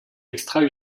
extra